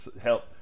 help